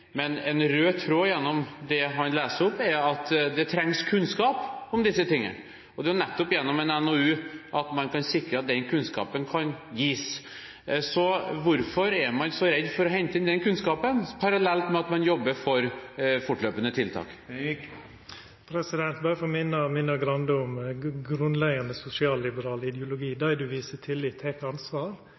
men en rød tråd gjennom det han leser opp, er at det trengs kunnskap om disse tingene, og det er nettopp gjennom en NOU at man kan sikre at den kunnskapen kan gis. Hvorfor er man så redd for å hente inn den kunnskapen parallelt med at man jobber for fortløpende tiltak? Berre for å minna Grande om grunnleggjande sosialliberal ideologi: Dei ein viser tillit, tek ansvar.